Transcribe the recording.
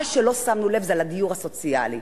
מה שלא שמנו לב אליו זה הדיור הסוציאלי.